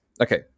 Okay